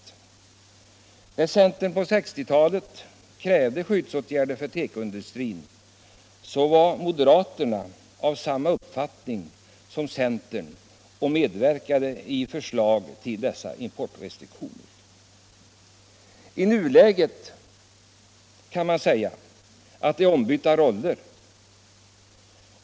När centern på 1960 talet krävde skyddsåtgärder för tekoindustrin var moderaterna av samma uppfattning och medverkade i förslag om importrestriktioner. I nuläget kan man säga att det är ombytta roller.